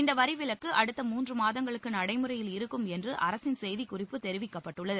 இந்த வரி விலக்கு அடுத்த மூன்று மாதங்களுக்கு நடைமுறையில் இருக்கும் என்று அரசின் செய்திக்குறிப்பில் தெரிவிக்கப்பட்டுள்ளது